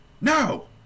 no